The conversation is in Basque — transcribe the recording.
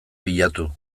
bilatu